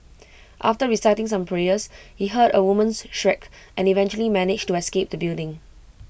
after reciting some prayers he heard A woman's shriek and eventually managed to escape the building